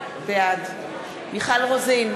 בעד מיכל רוזין,